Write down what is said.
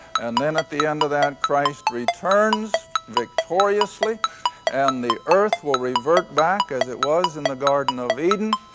and then at the end of that christ returns victoriously and the earth will revert back as it was in the garden of eden.